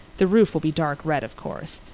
the roof will be dark red, of course.